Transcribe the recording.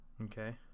Okay